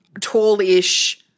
tallish